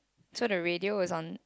so the radio is on